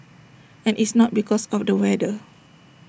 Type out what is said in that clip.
and it's not because of the weather